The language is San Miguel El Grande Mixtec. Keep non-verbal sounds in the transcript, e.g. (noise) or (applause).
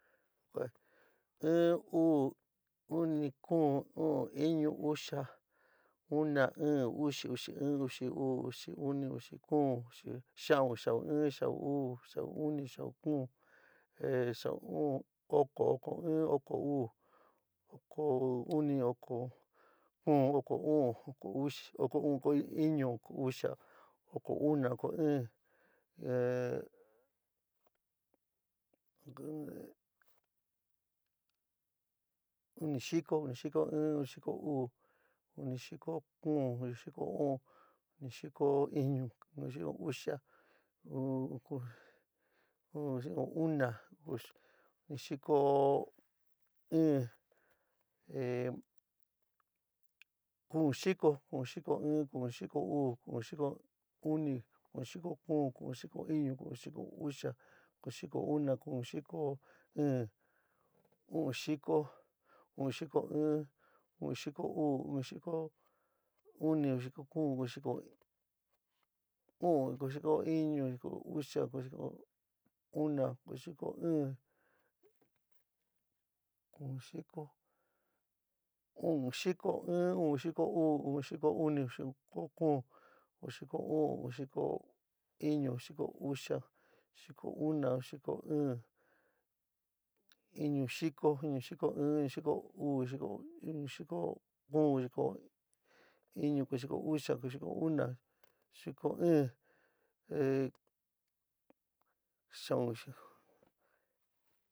In, uu, uni, kuún, u'un, iñu, uxia, una, ɨɨn, uxi, uxi in, uxi uu, uxi uni, uxi kuún, xiaun, xiaún in, xiaún uu, xiaún uni, xiaún kuún, ehh xiaún u'un, oko, oko in, oko uu, oko uni, oko kuún, oko u'un, oko uxi, oko uún iñu uxia, oko una, oko ɨɨn ehh, (hesitation) in xiko, in xiko in, in xiko uú, in xiko kuún, in xiko u'un, in xiko iñu, in xiko uxa, (unintelligible) xiko una, in xiko ɨɨn, ehh, kuun xiko, kuun xiko in, kuun xiko uu, kuun xiko uni, kuun xiko kuún, kuun xiko iñu, kuun xiko uxia, kuun xiko una, kuun xiko iin, u'un xiko, uun xiko in, kuun xiko uu, kuun xiko uni, kuun xiko kuún, kuun xiko u'un, kuun xiko iñu, kuun xiko uxa, kuun xiko una, kuun xiko iin, kuun xiko, u'un xiko in, u'un xiko uú, u'un xiko uni, u'un xiko kuun, u'un xiko iñi, u'un xiko uxia, u'un xiko una, u'un xico iin, iñu xiko, iñu xiko in, iñu xiko uu, iñu xiko uni, iñu xiko kuún, iñu xiko uún, iñu xiko iñu, iñu xiko uxia, iñu xiko una, iñu xiko iin, ehh xiaun.